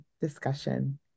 discussion